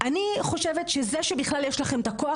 אני חושבת שזה שבכלל יש לכם את הכוח